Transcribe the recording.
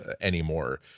anymore